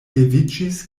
leviĝis